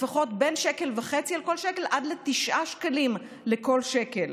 בין 1.5 שקל על כל שקל עד ל-9 שקלים על כל שקל.